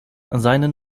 seine